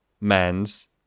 mans